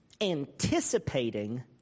anticipating